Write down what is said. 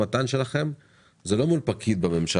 שהמו"מ שלכם הוא לא מול פקיד בממשלה,